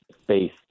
space